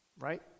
right